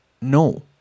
no